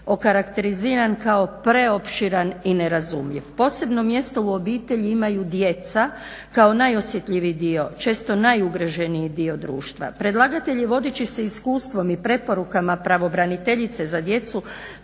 okarakteriziran kao preopširan i nerazumljiv. Posebno mjesto u obitelji imaju djeca kao najosjetljiviji dio, često najugroženiji dio društva. Predlagatelji vodeći se iskustvom i preporukama pravobraniteljice za djecu,